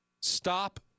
Stop